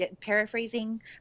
Paraphrasing